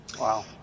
Wow